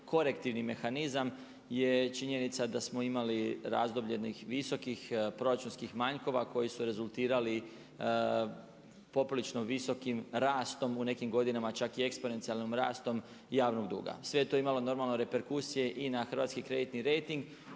korektivni mehanizam je činjenica da smo imali razdoblje jednih visokih proračunskih manjkova koji su rezultirali poprilično visokim rastom u nekim godinama čak i eksponencijalnim rastom javnog duga. Sve je to imalo reperkusije i na hrvatski kreditni rejting